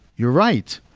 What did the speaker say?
you're right,